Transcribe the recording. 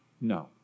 No